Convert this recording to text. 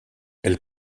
elle